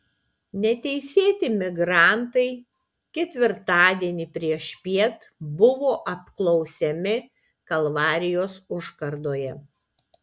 neteisėti migrantai ketvirtadienį priešpiet buvo apklausiami kalvarijos užkardoje